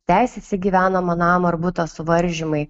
teisės į gyvenamą namą ar butą suvaržymai